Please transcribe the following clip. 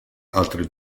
altri